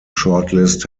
shortlist